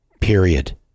period